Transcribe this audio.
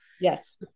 Yes